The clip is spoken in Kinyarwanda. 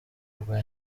rwa